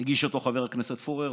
הגיש אותו חבר הכנסת פורר,